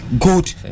good